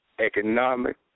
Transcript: economic